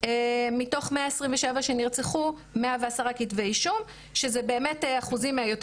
מתוך 127 שנרצחו 110 כתבי אישום שזה אחוזים יותר